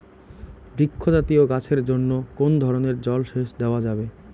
বৃক্ষ জাতীয় গাছের জন্য কোন ধরণের জল সেচ দেওয়া যাবে?